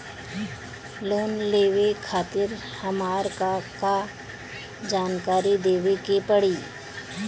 Loan लेवे खातिर हमार का का जानकारी देवे के पड़ी?